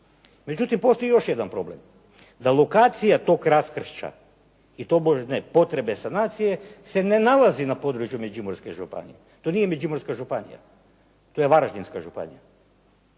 Međutim, postoji još jedan problem da lokacija tog raskršća i tobože potrebe sanacije se ne nalazi na području Međimurske županije, to nije Međimurska županija, to je Varaždinska županija.